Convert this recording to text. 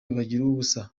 bagiruwubusa